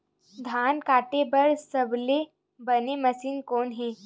धान काटे बार सबले बने मशीन कोन हे?